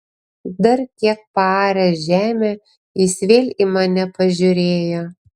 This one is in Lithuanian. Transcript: dar kiek paaręs žemę jis vėl į mane pažiūrėjo